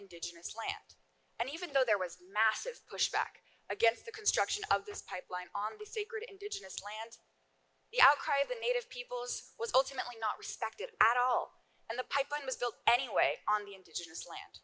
indigenous land and even though there was massive pushback against the construction of this pipeline on the secret indigenous land the outcry of the native peoples was ultimately not respected at all and the pipeline was built anyway on the indigenous land